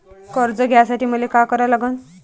कर्ज घ्यासाठी मले का करा लागन?